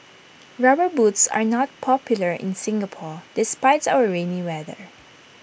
rubber boots are not popular in Singapore despite our rainy weather